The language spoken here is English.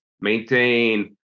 maintain